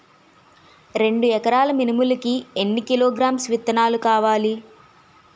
రెండు ఎకరాల మినుములు కి ఎన్ని కిలోగ్రామ్స్ విత్తనాలు కావలి?